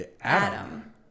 Adam